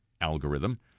algorithm